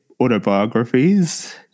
Autobiographies